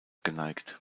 geneigt